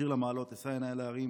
"שיר למעלות אשא עיני אל ההרים